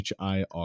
HIR